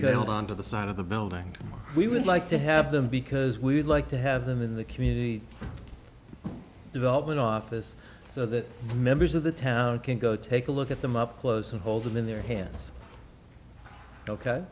hold on to the side of the building we would like to have them because we would like to have them in the community development office so that members of the town can go take a look at them up close and hold them in their hands ok